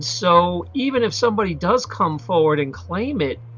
so even if somebody does come forward and claim it.